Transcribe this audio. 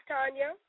Tanya